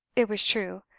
it was true.